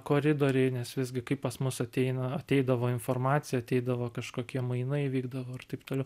koridoriai nes visgi kaip pas mus ateina ateidavo informacija ateidavo kažkokie mainai vykdavo ir taip toliau